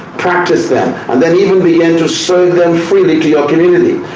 practice them, and then even begin to sow them free into your community.